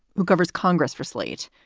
who covers congress for slate.